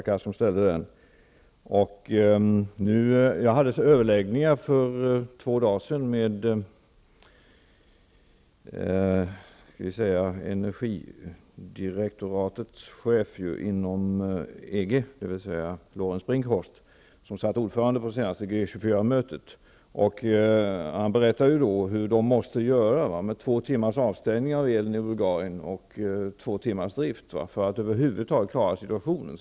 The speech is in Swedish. Jag hade för två dagar sedan överläggningar med energidirektoratets chef inom EG, dvs. Lorenz G 24-mötet. Han berättade att man i Bulgarien har elen avstängd under två timmar för att sedan fortsätta driften under två timmar, detta för att man över huvud taget skall klara situationen.